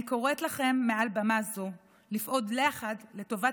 אני קוראת לכם מעל במה זו לפעול יחד לטובת